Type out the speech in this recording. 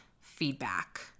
feedback